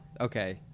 okay